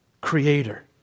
creator